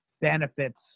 benefits